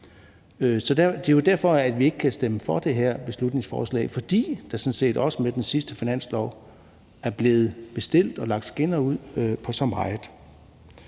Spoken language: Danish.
Det er jo derfor, vi ikke kan stemme for det her beslutningsforslag, for der er sådan set også med den sidste finanslov blevet bestilt og lagt skinner ud for så meget.